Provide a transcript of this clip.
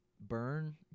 burn